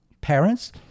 parents